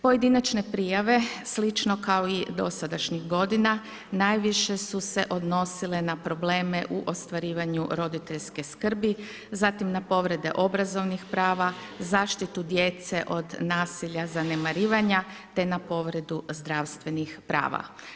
Pojedinačne prijave, slično kao i dosadašnjih godina, najviše su se odnosile na probleme u ostvarivanju roditeljskih skrbi, zatim na povrede obrazovnih prava, zaštitu djece od nasilja zanemarivanja, te na povredu zdravstvenih prava.